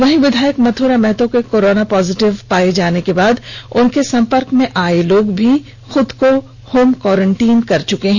वहीं विधायक मथुरा महतो के कोरोना पॉजिटिव पाये जाने के बाद उनके संपर्क में आये लोग भी अपने को होम क्वारेंटाइन कर लिये हैं